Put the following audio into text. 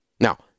Now